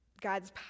God's